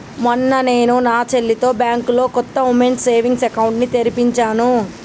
మొన్న నేను నా చెల్లితో బ్యాంకులో కొత్త ఉమెన్స్ సేవింగ్స్ అకౌంట్ ని తెరిపించాను